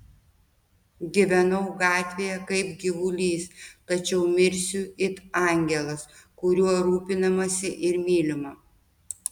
gyvenau gatvėje kaip gyvulys tačiau mirsiu it angelas kuriuo rūpinamasi ir mylima